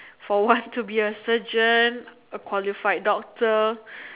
for one to be a surgeon a qualified doctor